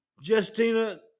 Justina